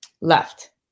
Left